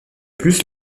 plus